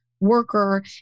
worker